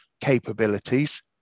capabilities